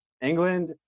england